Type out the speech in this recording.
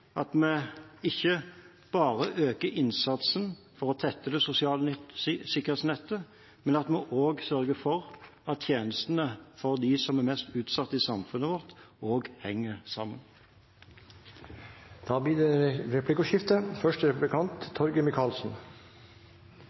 at vi ikke bare øker innsatsen for å tette det sosiale sikkerhetsnettet, men at vi også sørger for at tjenestene for dem som er mest utsatt i samfunnet vårt, også henger sammen. Det blir replikkordskifte. Jeg slutter meg til mye av det